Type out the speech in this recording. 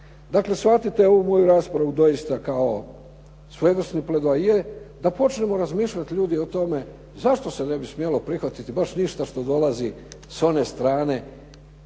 Dakle, shvatite ovu moju raspravu doista kao svojevrsni pledoaje da počnemo razmišljati ljudi o tome, zašto se ne bi smjelo prihvatiti baš ništa što dolazi s one strane